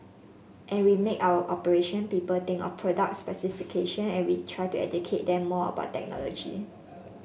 and we make our operation people think of product specification and we try to educate them more about technology